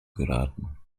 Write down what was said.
geraten